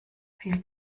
viel